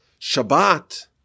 Shabbat